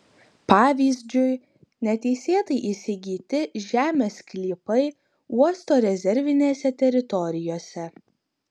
pavyzdžiui neteisėtai įsigyti žemės sklypai uosto rezervinėse teritorijose